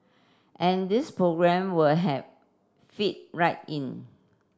and these program we have fit right in